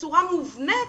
בצורה מובנת,